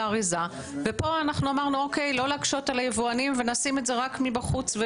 האריזה ופה אמרנו: לא להקות על הייבואנים ונשים את זה רק מבחוץ.